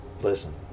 listen